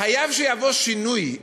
חייב לבוא שינוי.